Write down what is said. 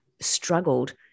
struggled